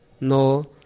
No